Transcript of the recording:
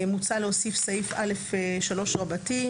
מוצע להוסיף סעיף א3 רבתי.